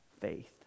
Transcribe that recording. faith